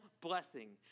blessing